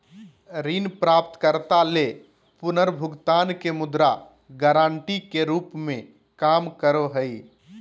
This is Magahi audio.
ऋण प्राप्तकर्ता ले पुनर्भुगतान के मुद्रा गारंटी के रूप में काम करो हइ